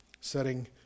setting